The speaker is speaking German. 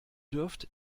dürft